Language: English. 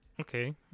Okay